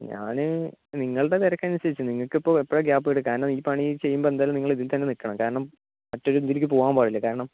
ഞാൻ നിങ്ങളുടെ തിരക്കനുസരിച്ച് നിങ്ങൾക്കിപ്പോൾ എപ്പോഴാണ് ഗ്യാപ് കിട്ടുക കാരണം ഈ പണി ചെയ്യുമ്പോൾ എന്തായാലും നിങ്ങൾ ഇതിൽ തന്നെ നിൽക്കണം കാരണം മറ്റൊരു ഇതിലേക്ക് പോവാൻ പാടില്ല കാരണം